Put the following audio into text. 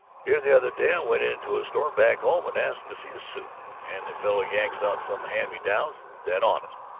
here the other day i went into a store back home and asked to see a suit, and the fellow yanks out some hand-me-downs that, honest,